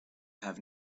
have